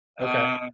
Okay